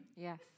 Yes